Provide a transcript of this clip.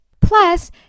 Plus